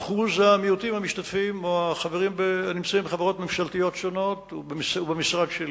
אחוז בני המיעוטים העובדים בחברות ממשלתיות שונות ובמשרד שלי.